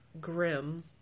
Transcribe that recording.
grim